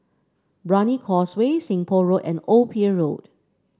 Brani Causeway Seng Poh Road and Old Pier Road